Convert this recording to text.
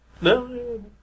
no